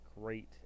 great